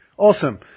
Awesome